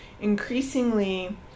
increasingly